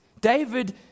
David